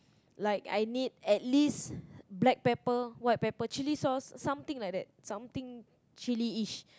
like I need at least black pepper white pepper chilli sauce something like that something chilli-ish